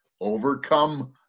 Overcome